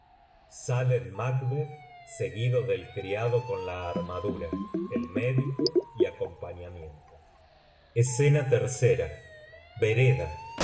macbeth seguido del criado con la armadura el médico y acompañamiento escena íll vereda